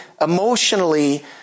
emotionally